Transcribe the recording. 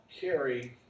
carry